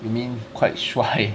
you mean quite 帅